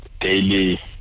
daily